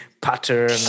pattern